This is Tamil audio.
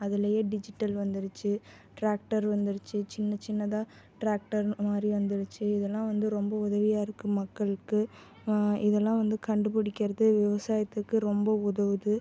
அதுலேயே டிஜிட்டல் வந்துடுச்சு ட்ராக்டர் வந்துடுச்சு சின்ன சின்னதாக ட்ராக்டர் மாதிரி வந்துடுச்சு இதெல்லாம் வந்து ரொம்ப உதவியாக இருக்குது மக்களுக்கு இதெல்லாம் வந்து கண்டு பிடிக்கிறது விவசாயத்துக்கு ரொம்ப உதவுது